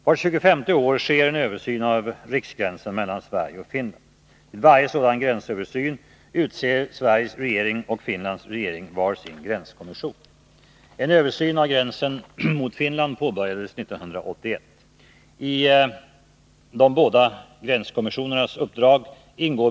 Vpk har konsekvent hävdat vikten av att radiooch TV-verksamheten garanteras en i förhållande till statsmakter och intressegrupper stark och oberoende ställning.